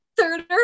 third